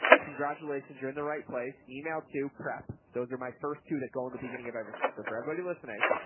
congratulations. you're in the right place. email to prep. those are my first two that go in the beginning of everything. so for everybody listening,